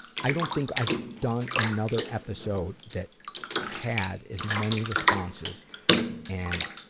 i don't think i've done another episode that had as many responses and.